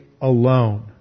alone